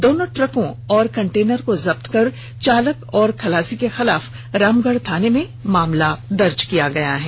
दोनों ट्रकों और कंटेनर को जब्त कर चालक और खलासी के खिलाफ रामगढ थाने में मामला दर्ज किया गया है